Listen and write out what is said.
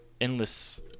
endless